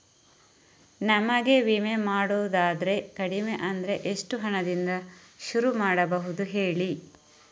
ನಮಗೆ ವಿಮೆ ಮಾಡೋದಾದ್ರೆ ಕಡಿಮೆ ಅಂದ್ರೆ ಎಷ್ಟು ಹಣದಿಂದ ಶುರು ಮಾಡಬಹುದು ಹೇಳಿ